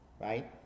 right